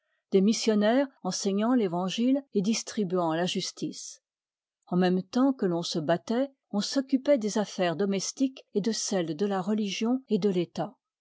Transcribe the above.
des missionnaires enseignant l'evangile et distribuant la justice en même temps que ton se battoit on s'occupoit des affaires domestiques et de celles de la religion et detetat